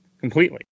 completely